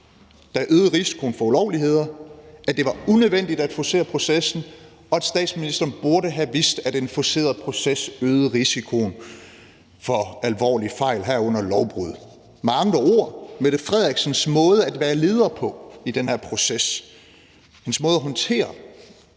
der øgede risikoen for ulovligheder, at det var unødvendigt at forcere processen, og at statsministeren burde have vidst, at en forceret proces øgede risikoen for alvorlige fejl, herunder lovbrud. Med andre ord var det statsministerens måde at være leder på i den her proces, hendes måde at håndtere